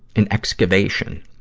an excavation.